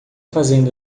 fazendo